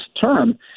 term